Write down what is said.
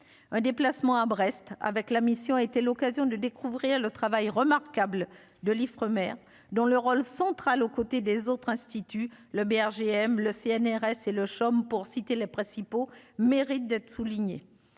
un déplacement à Brest avec la mission était l'occasion de découvrir le travail remarquable de l'Ifremer, dont le rôle central aux côtés des autres instituts le BRGM, le CNRS et le SHOM, pour citer les principaux mérite d'être souligné,